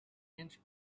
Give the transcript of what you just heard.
inch